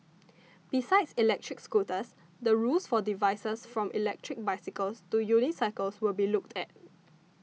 besides electric scooters the rules for devices from electric bicycles to unicycles will be looked at